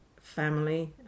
family